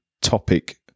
topic